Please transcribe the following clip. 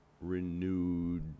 renewed